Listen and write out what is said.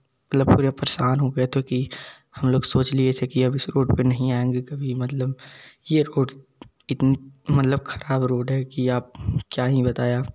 मतलब पूरे परेशान हो गए थे कि हम लोग सोच लिए थे कि अब इस रोड पर नहीं आएँगे कभी मतलब यह रोड इतनी मतलब खराब रोड है कि आप क्या ही बताएँ आपको